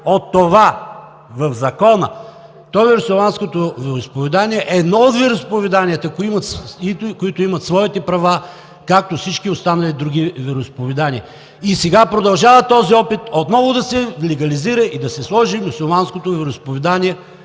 от това – в закона, то мюсюлманското вероизповедание е едно от вероизповеданията, които имат своите права, както всички други останали вероизповедания. И сега продължава този опит отново да се легализира и да се сложи мюсюлманското вероизповедание